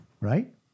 Right